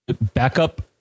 backup